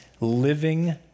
living